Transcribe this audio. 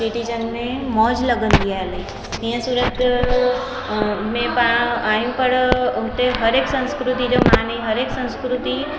चेटीचंड में मोज़ लॻंदी आहे इअं सूरत में पाणि आहियूं पर हुते हरेकु संस्कृति जा माने हर हिकु संस्कृति